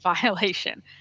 violation